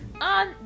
on